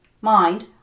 mind